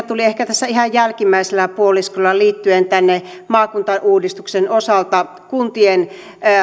tuli ehkä tässä ihan jälkimmäisellä puoliskolla liittyen maakuntauudistuksen osalta kuntien